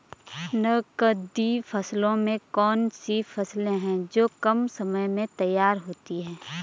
नकदी फसलों में कौन सी फसलें है जो कम समय में तैयार होती हैं?